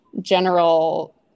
general